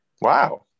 Wow